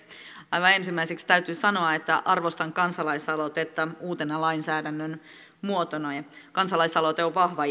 aivan ensimmäiseksi täytyy sanoa että arvostan kansalaisaloitetta uutena lainsäädännön muotona kansalaisaloite on vahva